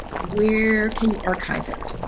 where can you archive it?